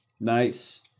nice